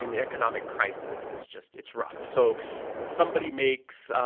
the economic crisis is just it's rough. so somebody makes,